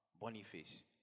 boniface